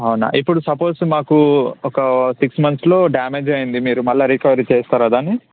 అవునా ఇప్పుడు సపోజ్ మాకు ఒక సిక్స్ మంత్స్లో డ్యామేజ్ అయ్యింది మీరు మళ్ళీ రికవరీ చేస్తారా దాన్ని